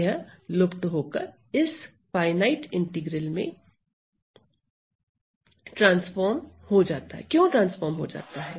यह लुप्त होकर इस फार्ईनाइट इंटीग्रल में क्यों ट्रांसफॉर्मस हो जाता है